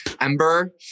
Ember